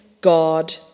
God